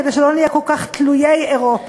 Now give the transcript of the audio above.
כדי שלא נהיה כל כך תלויי אירופה.